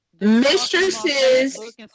Mistresses